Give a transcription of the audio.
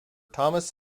thomas